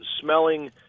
smelling